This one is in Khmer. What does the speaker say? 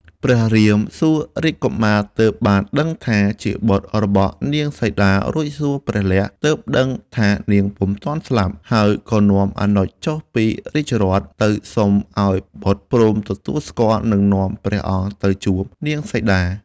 ព្រះរាមសួររាជកុមារទើបបានដឹងថា ជាបុត្ររបស់នាងសីតារួចសួរព្រះលក្សណ៍ ទើបដឹងថានាងពុំទាន់ស្លាប់ ក៏នាំអនុជចុះពីរាជរថទៅសុំឱ្យបុត្រព្រមទទួលស្គាល់និងនាំព្រះអង្គទៅជួប នាងសីតា។